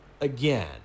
again